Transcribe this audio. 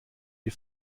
die